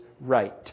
right